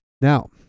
Now